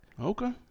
Okay